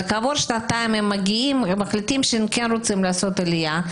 אבל כעבור שנתיים הם מחליטים שהם כן רוצים לעשות עלייה,